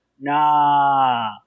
Nah